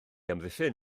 amddiffyn